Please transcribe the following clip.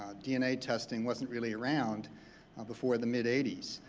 um dna testing wasn't really around before the mid eighty s,